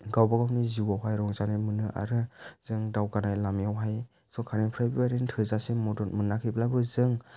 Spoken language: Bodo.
गावबा गावनि जिउआवहाय रंजानाय मोनो आरो जों दावगानाय लामायावहाय सरकारनिफ्रायबो ओरैनो थोजासे मदद मोनाखैब्लाबो जों